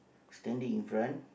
standing in front